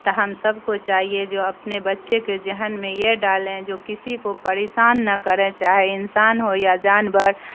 تو ہم سب کو چاہیے جو اپنے بچے کے ذہن میں یہ ڈالیں جو کسی کو پریشان نہ کریں چاہے انسان ہو یا جانور